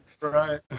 Right